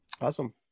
awesome